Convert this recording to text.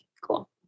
cool